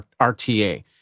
RTA